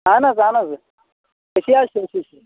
اہَن حظ اہَن حظ أسی حظ چھِ أسی چھِ